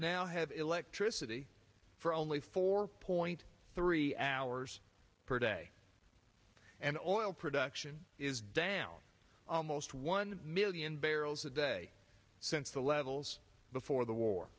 now have electricity for only four point three hours per day and oil production is down almost one million barrels a day since the levels before the war